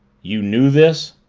you knew this?